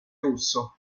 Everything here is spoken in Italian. russo